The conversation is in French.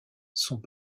sont